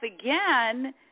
again